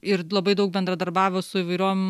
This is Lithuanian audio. ir labai daug bendradarbiavo su įvairiom